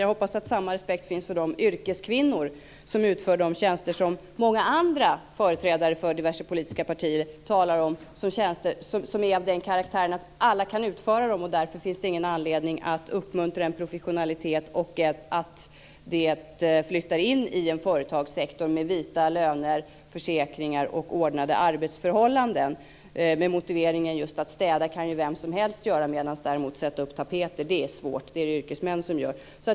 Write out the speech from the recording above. Jag hoppas att samma respekt finns för de yrkeskvinnor som utför de tjänster som många andra företrädare för diverse politiska partier talar om - tjänster som är av den karaktären att alla kan utföra dem och det därför inte finns någon anledning att uppmuntra en professionalitet och att det hela flyttar in i en företagssektor med vita löner, försäkringar och ordnade arbetsförhållanden, just med motiveringen att städa kan vem som helst göra medan uppsättande av tapeter är svårt - sådant gör yrkesmän.